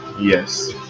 Yes